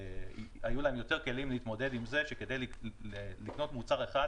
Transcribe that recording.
היו להם יותר כלים להתמודד עם זה שכדי לקנות מוצר אחד,